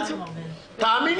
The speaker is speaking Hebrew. תאמיני לי,